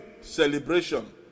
celebration